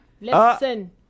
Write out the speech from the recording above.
listen